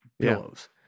pillows